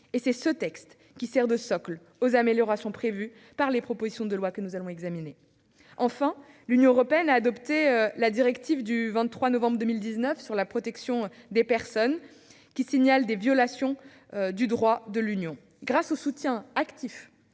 C'est ce texte qui sert de socle aux améliorations prévues par les propositions de loi que nous allons examiner. Enfin, l'Union européenne a adopté la directive du 23 octobre 2019 sur la protection des personnes qui signalent des violations du droit de l'Union. Grâce au soutien actif